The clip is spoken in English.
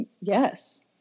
yes